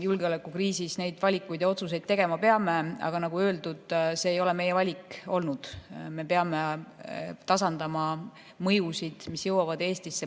julgeolekukriisis neid valikuid ja otsuseid tegema peame. Aga nagu öeldud, see ei ole meie valik olnud. Me peame tasandama mõjusid, mis jõuavad Eestisse põhjusel,